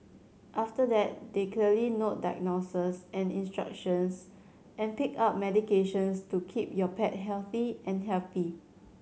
after that they note diagnoses and instructions and pick up medications to keep your pet healthy and happy